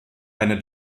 eine